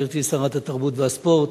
גברתי שרת התרבות והספורט,